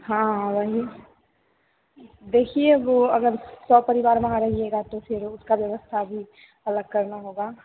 हाँ हाँ वही देखिए वो अगर सपरिवार वहाँ रहिएगा तो फिर उसका व्यवस्था भी अलग करना होगा